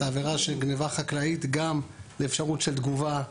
העבירה של גניבה חקלאית גם לאפשרות של תגובה,